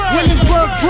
Williamsburg